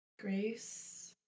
Grace